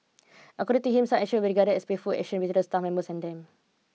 according to him such would regarded as playful actions with the staff members and them